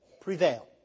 prevail